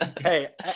hey